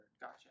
Gotcha